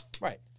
Right